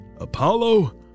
Apollo